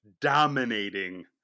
dominating